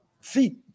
Feet